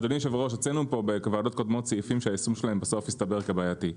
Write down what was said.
הוצאנו פה בוועדות קודמות סעיפים שיישומם הסתבר כבעייתי.